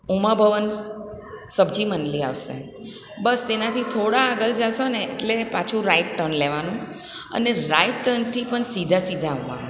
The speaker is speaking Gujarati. ઉમા ભવન સબ્જી મંડળી આવશે બસ તેનાથી થોડા આગળ જાશો ને એટલે પાછું રાઇટ ટર્ન લેવાનું અને રાઇટ ટર્નથી પણ સીધા સીધા આવવાનું